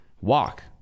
walk